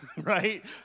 Right